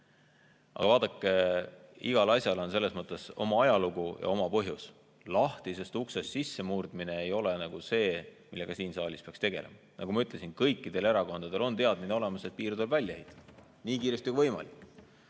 Aga vaadake, igal asjal on selles mõttes oma ajalugu ja oma põhjus. Lahtisest uksest sissemurdmine ei ole see, millega siin saalis peaks tegelema. Nagu ma ütlesin, kõikidel erakondadel on teadmine olemas, et piir tuleb välja ehitada nii kiiresti kui võimalik.